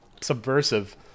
subversive